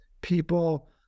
people